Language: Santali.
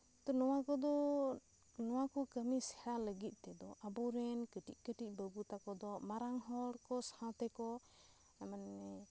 ᱛᱚ ᱱᱚᱣᱟ ᱠᱚᱫᱚ ᱱᱚᱣᱟ ᱠᱚ ᱠᱟᱹᱢᱤ ᱥᱮᱬᱟ ᱞᱟᱹᱜᱤᱫ ᱛᱮᱫᱚ ᱟᱵᱚ ᱨᱮᱱ ᱠᱟᱹᱴᱤᱡ ᱠᱟᱹᱴᱤᱡ ᱵᱟᱹᱵᱩ ᱛᱟᱠᱚ ᱫᱚ ᱢᱟᱨᱟᱝ ᱦᱚᱲ ᱥᱟᱶ ᱛᱮᱠᱚ ᱢᱟᱱᱮ